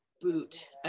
boot